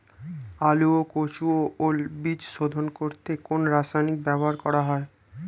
আলু ও কচু ও ওল বীজ শোধন করতে কোন রাসায়নিক ব্যবহার করা হয়?